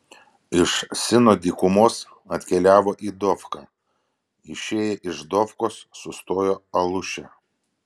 iš sino dykumos atkeliavo į dofką išėję iš dofkos sustojo aluše